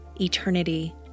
eternity